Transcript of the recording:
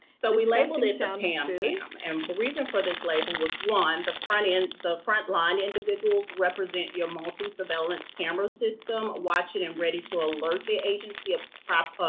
so we labeled it the pamcam, and the reason for this label was one, the front end the front line individuals represent your multi surveillance camera system watching and ready to alert the agency of prop, ah,